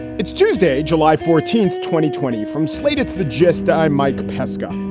it's tuesday, july fourteenth, twenty twenty from slate, it's the gist. i'm mike pesca.